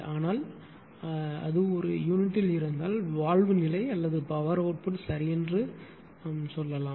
ஆனால் அல்லது அது ஒரு யூனிட்டில் இருந்தால் வால்வு நிலை அல்லது பவர் அவுட்புட் சரியென்று சொல்லலாம்